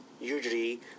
Usually